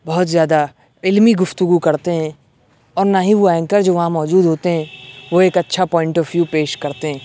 بہت زیادہ علمی گفتگو کرتے ہیں اور نہ ہی وہ اینکر جو وہاں موجود ہوتے ہیں وہ ایک اچھا پوائنٹ آف ویو پیش کرتے ہیں